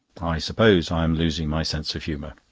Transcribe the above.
i suppose i am losing my sense of humour.